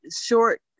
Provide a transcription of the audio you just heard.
short